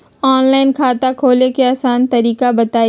Online खाता खोले के आसान तरीका बताए?